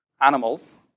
animals